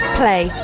play